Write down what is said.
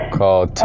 called